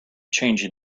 changing